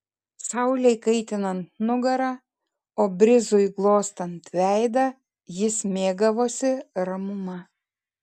saulei kaitinant nugarą o brizui glostant veidą jis mėgavosi ramuma